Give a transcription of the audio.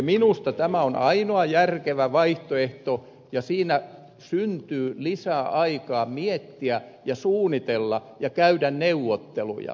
minusta tämä on ainoa järkevä vaihtoehto ja siinä syntyy lisäaikaa miettiä ja suunnitella ja käydä neuvotteluja